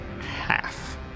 half